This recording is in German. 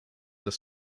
das